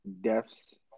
deaths